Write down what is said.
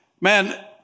Man